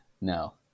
No